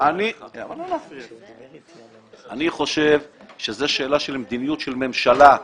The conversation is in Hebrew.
אני חושב שזאת שאלה של מדיניות של ממשלה.